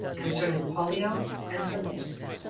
concerning pollio and sameas.